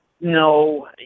No